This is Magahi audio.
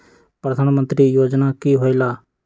प्रधान मंत्री योजना कि होईला?